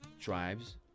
tribes